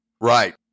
Right